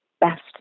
best